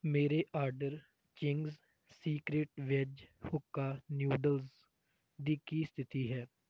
ਮੇਰੇ order Ching's secret veg hakka noodles ਦੀ ਕੀ ਸਥਿਤੀ ਹੈ